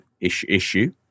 Issue